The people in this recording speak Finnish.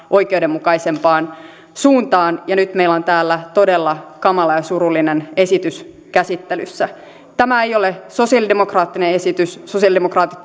oikeudenmukaisempaan suuntaan ja nyt meillä on täällä todella kamala ja surullinen esitys käsittelyssä tämä ei ole sosialidemokraattinen esitys sosialidemokraatit